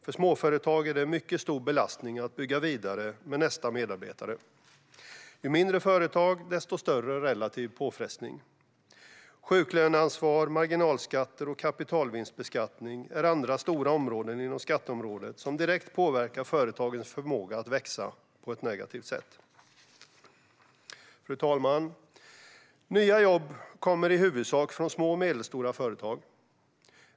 För småföretag är det en mycket stor belastning att bygga vidare med nästa medarbetare - ju mindre företag, desto större relativ påfrestning. Sjuklöneansvar, marginalskatter och kapitalvinstbeskattning är andra stora områden inom skatteområdet som direkt påverkar företagens förmåga att växa, på ett negativt sätt. Fru talman! Nya jobb kommer i huvudsak från små och medelstora företag.